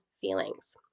feelings